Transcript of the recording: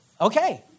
Okay